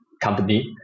company